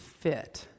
fit